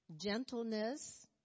gentleness